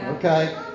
Okay